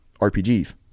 RPGs